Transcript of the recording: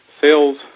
sales